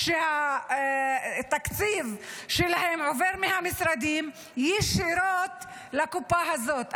והתקציב שלהם עובר מהמשרדים ישירות לקופה הזאת.